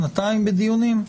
שנתיים בדיונים?